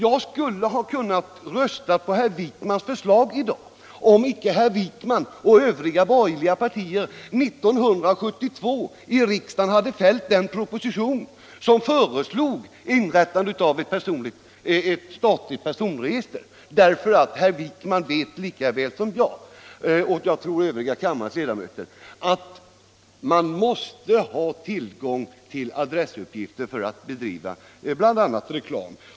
Jag skulle ha kunnat rösta för herr Wijkmans förslag i dag, om icke herr Wijkman och övriga borgerliga ledamöter 1972 i riksdagen hade fällt den proposition i vilken föreslogs inrättande av ett statligt personregister. Herr Wijkman vet lika väl som jag — och, tror jag, kammarens övriga ledamöter — att man måste ha tillgång till adressuppgifter för att bedriva bl.a. reklam.